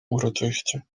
uroczyście